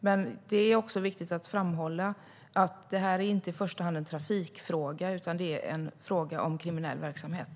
Men det är viktigt att framhålla att det här inte i första hand är en trafikfråga utan en fråga om kriminell verksamhet.